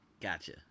Gotcha